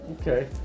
Okay